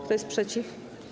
Kto jest przeciw?